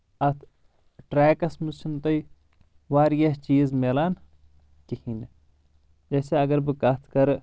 اتھ ٹریکس منٛز چھُنہٕ تۄہہِ واریاہ چیٖز مِلان کِہیٖنۍ جیسے اگر بہٕ کتھ کرٕ